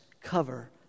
cover